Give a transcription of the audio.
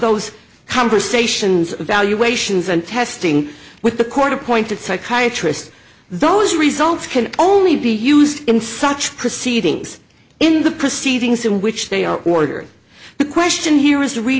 those conversations evaluations and testing with the court appointed psychiatrist those results can only be used in such proceedings in the proceedings in which they are ordered the question here is